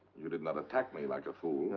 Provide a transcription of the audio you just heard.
you did not attack me like a fool.